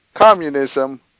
Communism